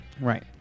Right